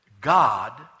God